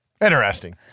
Interesting